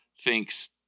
thinks